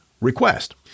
request